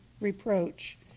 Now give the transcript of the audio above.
reproach